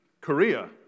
Korea